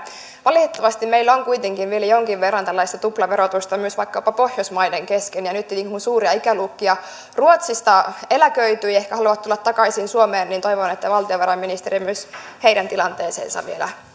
valitettavasti meillä on kuitenkin vielä jonkin verran tällaista tuplaverotusta myös vaikkapa pohjoismaiden kesken ja nyt tietenkin kun suuria ikäluokkia ruotsissa eläköityy ja he ehkä haluavat tulla takaisin suomeen toivon että valtionvarainministeri myös heidän tilanteensa vielä